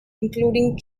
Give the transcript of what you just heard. including